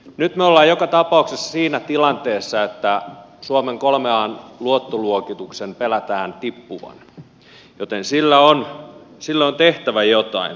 nyt me olemme joka tapauksessa siinä tilanteessa että suomen kolmen an luottoluokituksen pelätään tippuvan joten sille on tehtävä jotain